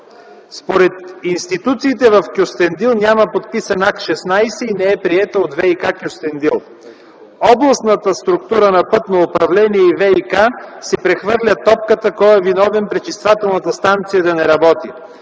Според институциите в Кюстендил няма подписан Акт 16 и не е приета от ВиК - Кюстендил. Областната структура на „Пътно управление” и ВиК си прехвърлят топката кой е виновен пречиствателната станция да не работи.